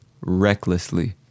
Recklessly